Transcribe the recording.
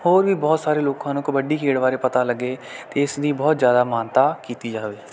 ਹੋਰ ਵੀ ਬਹੁਤ ਸਾਰੇ ਲੋਕਾਂ ਨੂੰ ਕਬੱਡੀ ਖੇਡ ਬਾਰੇ ਪਤਾ ਲੱਗੇ ਅਤੇ ਇਸ ਦੀ ਬਹੁਤ ਜ਼ਿਆਦਾ ਮਾਨਤਾ ਕੀਤੀ ਜਾਵੇ